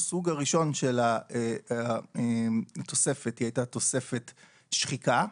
הסוג הראשון של התוספת היא הייתה תוספת שחיקה,